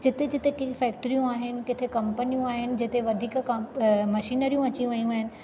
जिते जिते किनि फैक्टरियूं आहिनि किथे कंपनियूं आहिनि जिते वधीक मशीनरियूं अची वियूं आहिनि